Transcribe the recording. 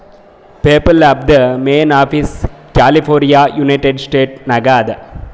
PayPal ಆ್ಯಪ್ದು main office California United States ನಾಗ್ ಅದಾ